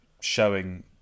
showing